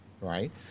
right